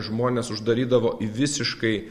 žmones uždarydavo į visiškai